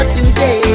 Today